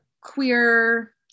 queer